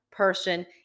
person